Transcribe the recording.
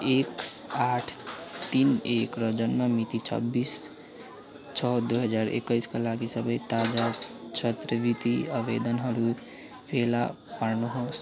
एक आठ तिन एक र जन्ममिति छब्बिस छ दुई हजार एक्काइसका लागि सबै ताजा छात्रवृत्ति आवेदनहरू फेला पार्नुहोस्